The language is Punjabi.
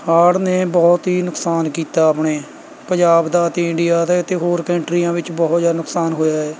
ਹੜ੍ਹ ਨੇ ਬਹੁਤ ਹੀ ਨੁਕਸਾਨ ਕੀਤਾ ਆਪਣੇ ਪੰਜਾਬ ਦਾ ਅਤੇ ਇੰਡੀਆ ਦਾ ਅਤੇ ਹੋਰ ਕੰਨਟਰੀਆਂ ਵਿੱਚ ਬਹੁਤ ਜ਼ਿਆਦਾ ਨੁਕਸਾਨ ਹੋਇਆ ਹੈ